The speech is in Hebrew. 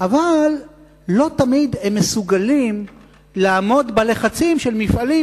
אבל לא תמיד הם מסוגלים לעמוד בלחצים של מפעלים.